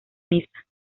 niza